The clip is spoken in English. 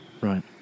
Right